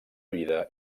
vida